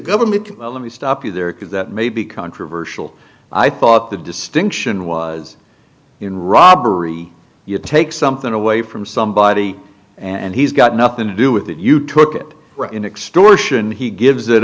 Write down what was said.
government can let me stop you there because that may be controversial i thought the distinction was in robbery you take something away from somebody and he's got nothing to do with it you took it in extortion he gives it